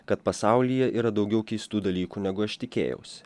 kad pasaulyje yra daugiau keistų dalykų negu aš tikėjausi